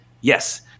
Yes